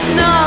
no